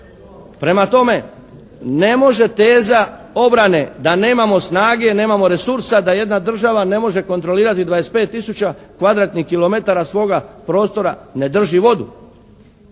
Prema tome, ne može teza obrane da nemamo snage, nemamo resursa da jedna država ne može kontrolirati 25 tisuća kvadratnih kilometara svoga prostora ne drži vodu.